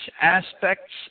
aspects